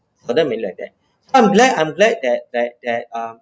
not many like that so I'm glad I'm glad that that that uh